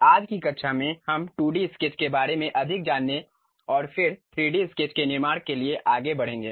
आज की कक्षा में हम 2D स्केच के बारे में अधिक जानेंगे और फिर 3D स्केच के निर्माण के लिए आगे बढ़ेंगे